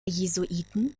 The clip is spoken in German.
jesuiten